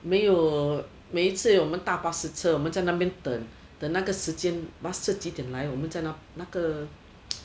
没有每一次我们搭巴士车我们在那边等等那个时间 bus 是几点来我们在那个